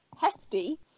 hefty